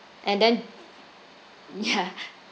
and then ya